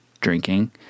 drinking